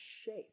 shape